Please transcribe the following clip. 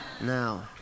Now